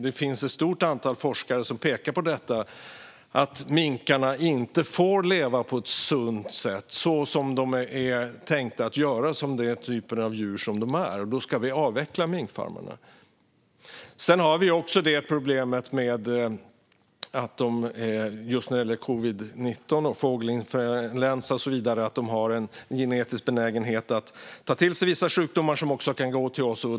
Det finns ett stort antal forskare som pekar på att minkarna inte får leva på ett sunt sätt och på det sätt de är tänkta att göra utifrån den typ av djur de är. Därför ska vi avveckla minkfarmerna. När det gäller covid19, fågelinfluensa och så vidare har vi också problemet att minkarna har en genetisk benägenhet att ta till sig vissa sjukdomar, som då också kan gå över till oss.